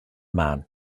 man